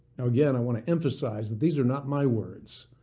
now again i want to emphasize that these are not my words.